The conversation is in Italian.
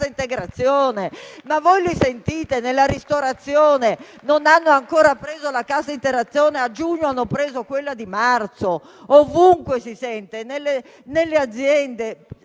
integrazione! Ma voi li sentite? Nella ristorazione non hanno ancora preso la cassa integrazione e a giugno hanno ricevuto quella di marzo; ovunque si sente, anche nelle aziende: